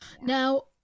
Now